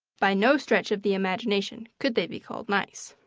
by no stretch of the imagination could they be called nice.